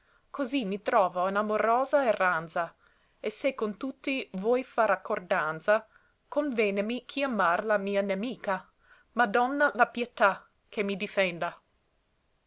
così mi trovo in amorosa erranza e se con tutti vòi far accordanza convènemi chiamar la mia nemica madonna la pietà che mi difenda